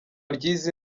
ry’izi